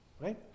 Right